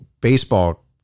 baseball